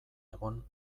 egon